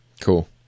Cool